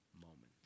moments